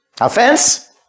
Offense